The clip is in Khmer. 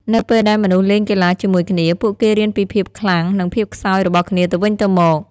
នៅពេលដែលមនុស្សលេងកីឡាជាមួយគ្នា ពួកគេរៀនពីភាពខ្លាំង និងភាពខ្សោយរបស់គ្នាទៅវិញទៅមក។